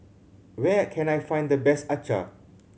where can I find the best acar